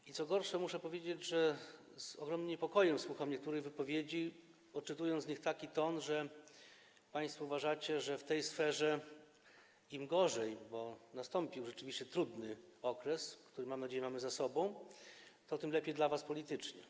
I co gorsze, muszę powiedzieć, że z ogromnym niepokojem słucham niektórych wypowiedzi, odczytując w nich taki ton: państwo uważacie, że w tej sferze im gorzej, bo rzeczywiście nastąpił trudny okres, który mam nadzieję mamy za sobą, tym lepiej dla was politycznie.